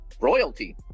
Royalty